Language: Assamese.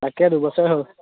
তাকে দুবছৰে হ'ল